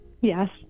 Yes